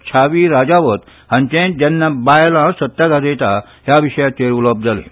छावी राजावत हांचें जेन्ना बायलां सत्ता गाजयतात ह्या विशयाचेर उलोवप जालें